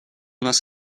нас